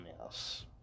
else